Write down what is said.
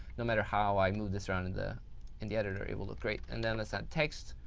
no matter how i move this around in the in the editor, it will look great. and then let's add text